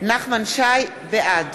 בעד